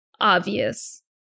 obvious